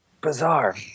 bizarre